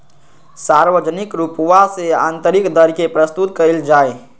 सार्वजनिक रूपवा से आन्तरिक दर के प्रस्तुत कइल जाहई